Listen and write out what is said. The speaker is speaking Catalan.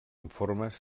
informes